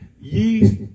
Yeast